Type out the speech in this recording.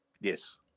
Yes